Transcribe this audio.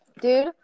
dude